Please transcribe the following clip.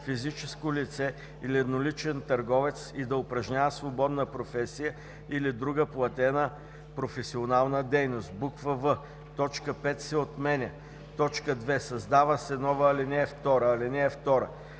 физическо лице или едноличен търговец и да упражнява свободна професия или друга платена професионална дейност;“ в) точка 5 се отменя. 2. Създава се нова ал. 2: „(2) Съдия,